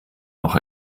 noch